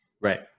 right